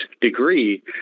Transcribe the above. degree